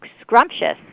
scrumptious